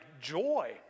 joy